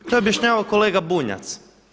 To je objašnjavao kolega Bunjac.